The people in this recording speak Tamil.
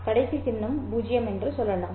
கடைசி சின்னம் 0 என்று சொல்லலாம்